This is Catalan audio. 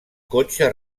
cotxe